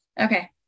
Okay